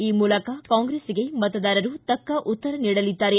ಈ ಮೂಲಕ ಕಾಂಗ್ರೆಸ್ಗೆ ಮತದಾರರು ತಕ್ಷ ಉತ್ತರ ನೀಡಲಿದ್ದಾರೆ